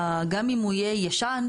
גם אם הוא יהיה ישן,